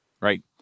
right